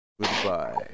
Goodbye